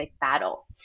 battle